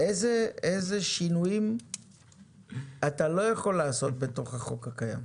איזה שינויים אתה לא יכול לעשות בתוך החוק הקיים?